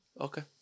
Okay